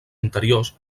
interiors